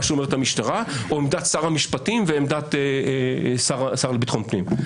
מה שאומרת המשטרה או עמדת שר המשפטים ועמדת השר לביטחון פנים?